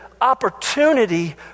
opportunity